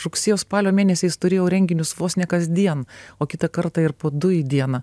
rugsėjo spalio mėnesiais turėjau renginius vos ne kasdien o kitą kartą ir po du į dieną